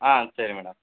ஆ சரி மேடம்